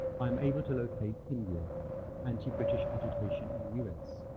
i am able to locate india anti-british agitation in us.